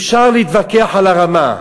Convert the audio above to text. אפשר להתווכח על הרמה.